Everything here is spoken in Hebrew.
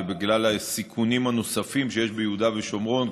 ובגלל הסיכונים הנוספים שיש ביהודה ושומרון,